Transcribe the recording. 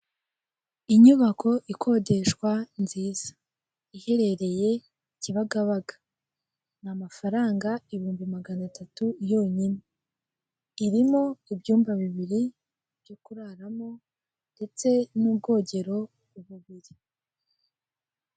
Inyubako ikodeshwa, nziza. Iherereye Kibagabaga. Ni amafaranga ibihumbi magana atatu yonyine. Irimo ibyumba bibiri byo kuraramo, ndetse n'ubwogero bubiri.